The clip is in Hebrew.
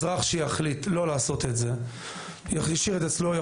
אזרח שיחליט לא לעשות את זה וישאיר את זה אצלו,